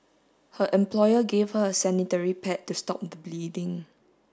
her employer gave her a sanitary pad to stop the bleeding